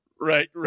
Right